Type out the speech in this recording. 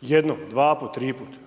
jednom, dvaput, triput,